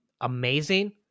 amazing